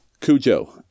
Cujo